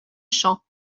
champs